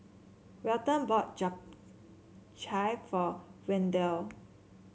Welton bought Japchae for Wendell